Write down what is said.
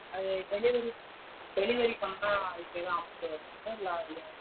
அது delivery delivery பண்ணால் அதுக்கு எதுவும் ஆப்ஷன் வருமா சார் இல்லை அதுலேயும்